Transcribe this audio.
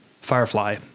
Firefly